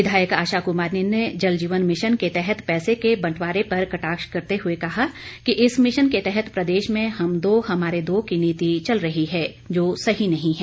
विधायक आशा कुमारी ने जलजीवन मिशन के तहत पैसे के बंटवारे पर कटाक्ष करते हुए कहा कि इस मिशन के तहत प्रदेश में हम दो हमारे दो की नीति चल रही है जो सही नहीं है